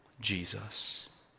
Jesus